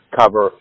cover